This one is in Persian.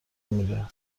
میره